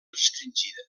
restringida